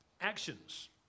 actions